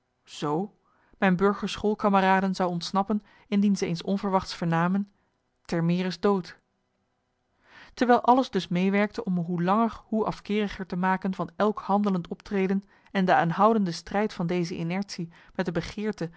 zoo mijn burgerschoolkameraden zou ontsnappen indien ze eens onverwachts vernamen termeer is dood terwijl alles dus meewerkte om me hoe langer hoe afkeeriger te maken van elk handelend optreden en de aanhoudende strijd van deze inertie met de begeerte